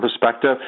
perspective